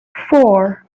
four